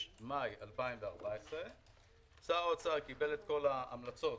מאי 2014. שר האוצר קיבל את כל ההמלצות,